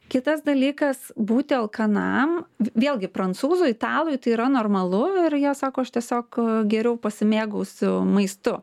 kitas dalykas būti alkanam vėlgi prancūzui italui tai yra normalu ir jie sako aš tiesiog geriau pasimėgausiu maistu